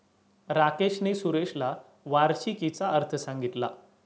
राकेशने सुरेशला वार्षिकीचा अर्थ सांगितला